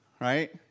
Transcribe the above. right